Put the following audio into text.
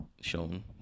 shown